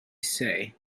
say